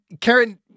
Karen